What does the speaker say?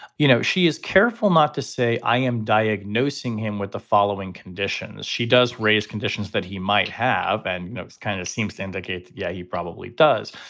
you know, she is careful not to say i am diagnosing him with the following. conditions she does raise conditions that he might have, and it you know kind of seems to indicate that, yeah, he probably does.